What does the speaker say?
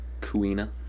Kuina